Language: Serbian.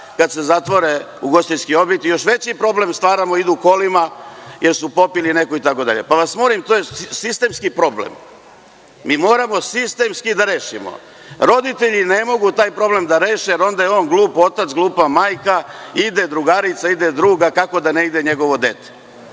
kad se zatvore ugostiteljski objekti. Još veći problem stvaramo, idu kolima, popili su neku itd. To je sistemski problem. Moramo sistemski da rešimo. Roditelji ne mogu taj problem da reše jer onda je on glup otac, glupa majka, ide drugarica, ide drug, kako da ne ide i njegovo dete.